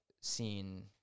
seen